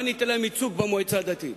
אני אתן להם ייצוג במועצה הדתית.